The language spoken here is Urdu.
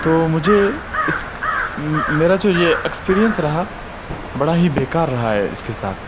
تو مجھے اس میرا جو یہ ایکسپیرئنس رہا بڑا ہی بیکار رہا ہے اس کے ساتھ